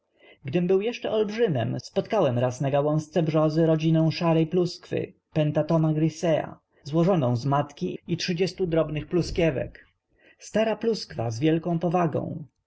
gdym był jeszcze olbrzymem spotkałem raz na gałązce brzozy rodzinę szarej pluskwy pentatoma grisea złożoną z matki i trzydziestu drobnych pluskiewek stara pluskwa z wielką powagą